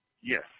yes